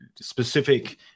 specific